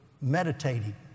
meditating